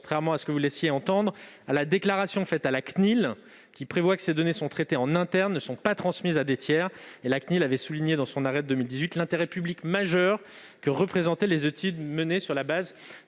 contrairement à ce que vous laissiez entendre, à la déclaration faite à la CNIL, laquelle prévoit que ces données traitées en interne ne sont pas transmises à des tiers. La CNIL avait souligné, dans son arrêt de 2018, l'intérêt public majeur que représentaient les études menées sur la base